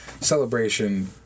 Celebration